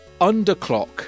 underclock